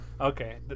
Okay